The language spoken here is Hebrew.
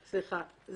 סליחה,